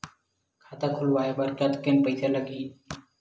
खाता खुलवाय बर कतेकन पईसा लगही?